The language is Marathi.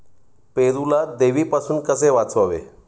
पेरूला देवीपासून कसे वाचवावे?